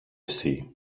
εσύ